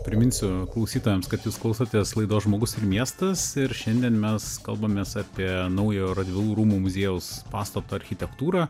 priminsiu klausytojams kad jūs klausotės laidos žmogus miestas ir šiandien mes kalbamės apie naujo radvilų rūmų muziejaus pastato architektūrą